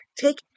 take